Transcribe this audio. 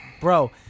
bro